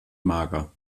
mager